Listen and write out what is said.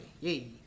Yay